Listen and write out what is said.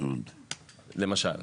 למשל.